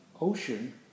ocean